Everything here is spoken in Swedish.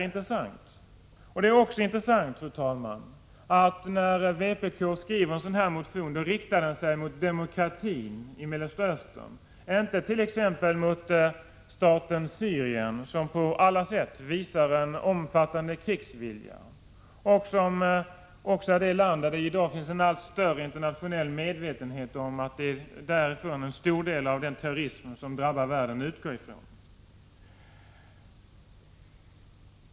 Det är också intressant, fru talman, att när vpk skriver en sådan här motion riktar den sig mot demokratin i Mellersta Östern, inte t.ex. mot staten Syrien, som på alla sätt visar en omfattande krigsvilja. Det finns i dag också en ökande medvetenhet om att en stor del av den terrorism som drabbar världen utgår från detta land.